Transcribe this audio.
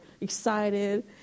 excited